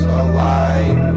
align